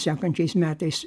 sekančiais metais